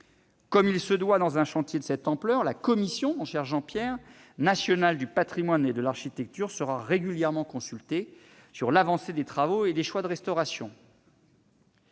comme il se doit dans un chantier de cette ampleur, la Commission nationale du patrimoine et de l'architecture sera régulièrement consultée sur l'avancée des travaux et les choix de restauration.